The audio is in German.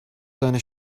seine